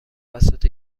توسط